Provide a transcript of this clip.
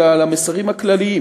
אלא על המסרים הכלליים